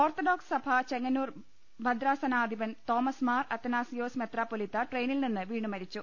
orthodox സഭ ചെങ്ങന്നൂർ ഭദ്രാസനാധിപൻ Thomas Mar Athanasios മെത്രാപ്പോലീത്ത ട്രെയിനിൽ നിന്ന് വീണ് മരിച്ചു